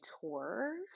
tour